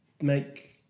make